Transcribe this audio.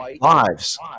lives